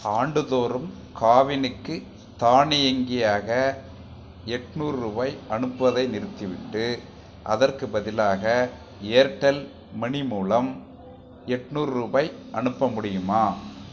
ஆண்டுதோறும் காவினிக்கு தானியங்கியாக எட்நூறு ரூபாய் அனுப்புவதை நிறுத்திவிட்டு அதற்குப் பதிலாக ஏர்டெல் மனி மூலம் எட்நூறு ரூபாய் அனுப்ப முடியுமா